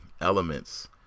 elements